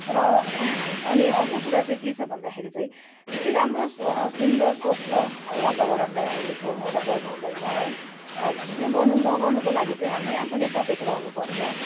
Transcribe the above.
र अनि अर्को कुरा चाहिँ के छ भन्दाखेरि चाहिँ यति राम्रो सुन्दर स्वच्छ वातावरणलाई हामीले फोहोर मैला गर्नु हुँदैन है र त्यो गर्नु नगर्नुको लागि चाहिँ हामी आफू नै सचेत रहनुपर्छ